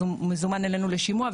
אז הוא מזומן אלינו לשימוע,